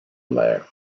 layer